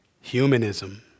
Humanism